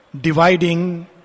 dividing